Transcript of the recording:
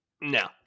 No